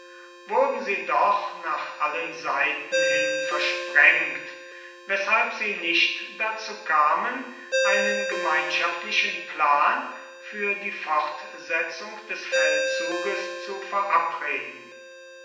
wurden sie doch nach allen seiten hin versprengt weshalb sie nicht dazu kamen einen gemeinschaftlichen plan für die fortsetzung des feldzuges zu verabreden